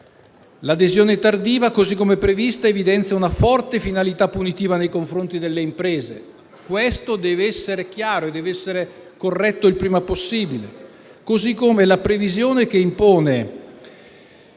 L'adesione tardiva, così come prevista, evidenzia una forte finalità punitiva nei confronti delle imprese. Questo deve essere chiaro e deve essere corretto il prima possibile. Allo stesso modo, la previsione che impone